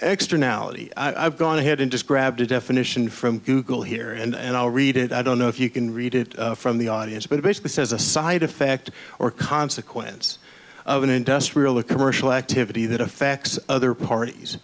exter now i've gone ahead and just grabbed a definition from google here and i'll read it i don't know if you can read it from the audience but it basically says a side effect or consequence of an industrial or commercial activity that affects other parties